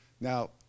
now